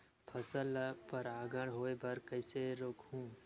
फसल ल परागण होय बर कइसे रोकहु?